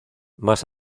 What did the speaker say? más